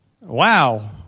Wow